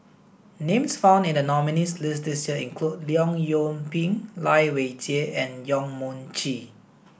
names found in the nominees' list this year include Leong Yoon Pin Lai Weijie and Yong Mun Chee